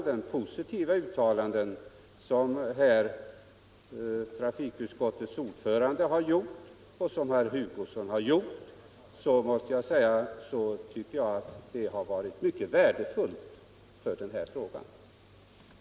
De positiva uttalanden som trafikutskottets ordförande och herr Hu Nr 49 gosson här har gjort tycker jag har varit mycket värdefulla för den fortsatta Torsdagen den